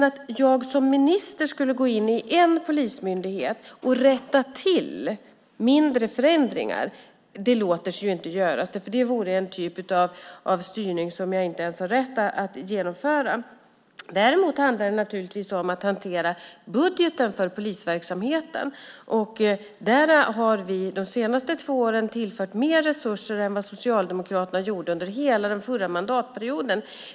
Att jag som minister skulle gå in i en polismyndighet och rätta till mindre förändringar låter sig inte göras, för det vore en typ av styrning som jag inte har rätt att genomföra. Däremot handlar det naturligtvis om att hantera budgeten för polisverksamheten, och där har vi de senaste två åren tillfört mer resurser än vad Socialdemokraterna gjorde under hela den förra mandatperioden.